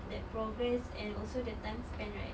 that progress and also the time spent right